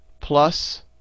plus